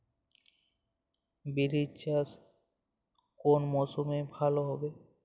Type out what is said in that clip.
বিরি চাষ কোন মরশুমে ভালো হবে?